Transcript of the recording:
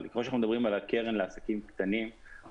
אבל ככל שאנחנו מדברים על הקרן לעסקים קטנים אז